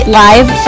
live